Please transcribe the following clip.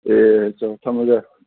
ꯑꯦ ꯆꯣ ꯊꯝꯃꯒꯦ